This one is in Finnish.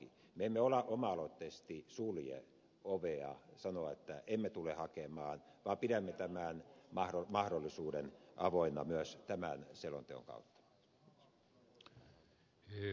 me emme oma aloitteisesti sulje ovea sano että emme tule hakemaan vaan pidämme tämän mahdollisuuden avoinna myös tämän selonteon kautta